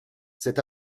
cet